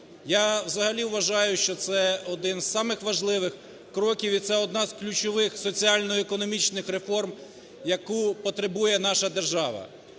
Я взагалі вважаю, що це один із самих важливих кроків і це одна з ключових соціально-економічних реформ, яку потребує наша держава.